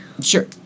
Sure